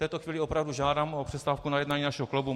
V této chvíli opravdu žádám o přestávku na jednání našeho klubu.